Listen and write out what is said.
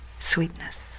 Sweetness